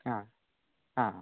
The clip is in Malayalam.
ആ ആ